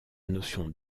notion